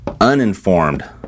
uninformed